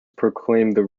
proclaimed